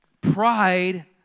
Pride